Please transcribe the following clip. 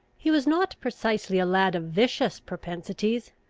he was not precisely a lad of vicious propensities,